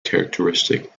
characteristic